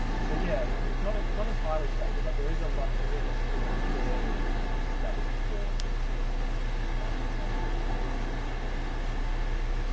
so yeah and and it's not it's not entirely stable, but there is a lot there is a sort of fairly established core to the tradition that most of the texts have to some extent.